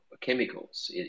chemicals